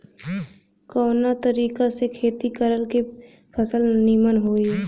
कवना तरीका से खेती करल की फसल नीमन होई?